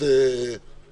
מציגה את התיקים בחובות?